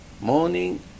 Morning